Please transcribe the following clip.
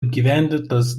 apgyvendintas